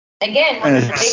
Again